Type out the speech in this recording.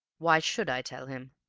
why should i tell him?